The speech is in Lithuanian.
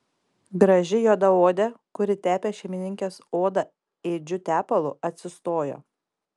graži juodaodė kuri tepė šeimininkės odą ėdžiu tepalu atsistojo